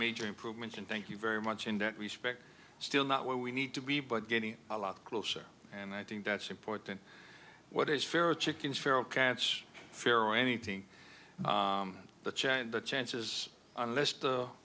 major improvements and thank you very much in that respect still not where we need to be but getting a lot closer and i think that's important what is fair or chickens feral cats fair or anything the child the chances unless the